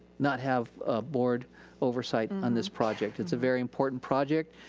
not have a board oversight on this project. it's a very important project.